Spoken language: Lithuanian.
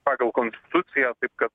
pagal konstituciją taip kad